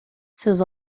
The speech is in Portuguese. seus